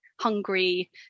hungry